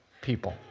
people